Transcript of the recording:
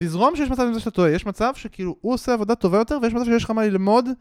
תזרום שיש מצב עם זה שאתה טועה, יש מצב שכאילו הוא עושה עבודה טובה יותר ויש מצב שיש לך מה ללמוד